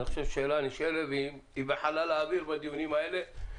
והשאלה הנשאלת והיא בחלל האוויר בדיונים האלה,